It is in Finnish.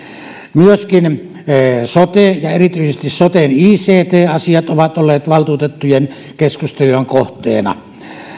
myöskin sote ja erityisesti soten ict asiat ovat olleet valtuutettujen keskustelujen kohteena